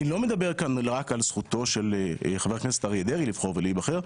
אני לא מדבר כאן רק על זכותו של חבר הכנסת אריה דרעי לבחור ולהיבחר,